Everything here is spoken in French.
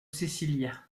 cécilia